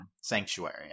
Sanctuary